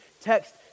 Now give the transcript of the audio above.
text